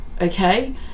okay